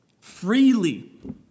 freely